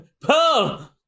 Pearl